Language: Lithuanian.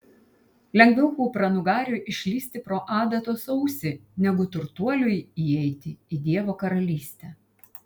lengviau kupranugariui išlįsti pro adatos ausį negu turtuoliui įeiti į dievo karalystę